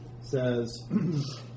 says